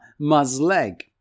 mazleg